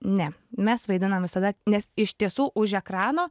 ne mes vaidinam visada nes iš tiesų už ekrano